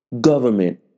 government